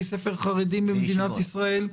ספר חרדים במדינת ישראל -- וישיבות.